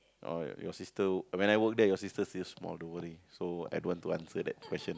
oh your sister when I work there your sister still small don't worry so I don't want to answer that question